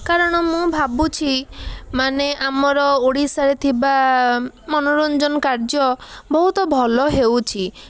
କାରଣ ମୁଁ ଭାବୁଛି ମାନେ ଆମର ଓଡ଼ିଶାରେ ଥିବା ମନୋରଞ୍ଜନ କାର୍ଯ୍ୟ ବହୁତ ଭଲ ହେଉଛି